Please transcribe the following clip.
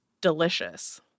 delicious